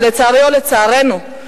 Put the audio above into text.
לצערי או לצערנו,